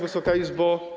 Wysoka Izbo!